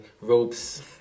ropes